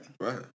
Right